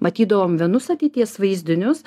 matydavom vienus ateities vaizdinius